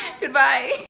Goodbye